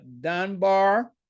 Dunbar